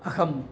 अहम्